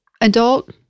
adult